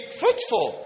fruitful